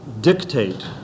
dictate